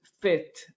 fit